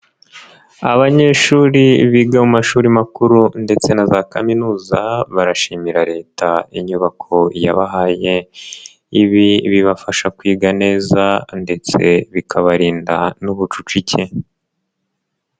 Abanyeshuri biga mu mashuri makuru ndetse na za kaminuza, barashimira leta inyubako yabahaye. Ibi bibafasha kwiga neza ndetse bikabarinda n'ubucucike.